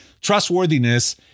trustworthiness